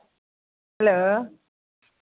hello